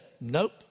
nope